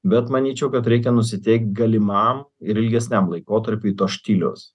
bet manyčiau kad reikia nusiteikt galimam ir ilgesniam laikotarpiui to štiliaus